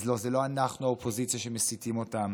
אז לא, אלה לא אנחנו האופוזיציה שמסיתים אותם